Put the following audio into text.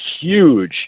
huge